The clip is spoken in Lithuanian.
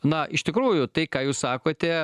na iš tikrųjų tai ką jūs sakote